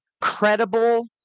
credible